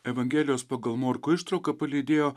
evangelijos pagal morkų ištrauka palydėjo